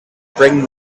bring